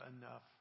enough